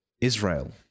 Israel